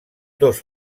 dos